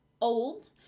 old